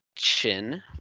Chin